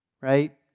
right